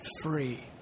free